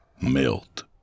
melt